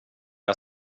jag